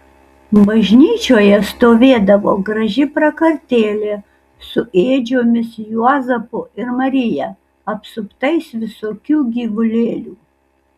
bažnyčioje stovėdavo graži prakartėlė su ėdžiomis juozapu ir marija apsuptais visokių gyvulėlių